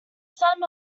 son